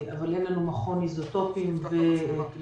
אבל אין לנו מכון איזוטופים לצורך